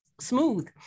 smooth